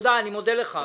אני מודה לך.